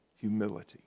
humility